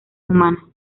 humanas